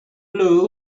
blew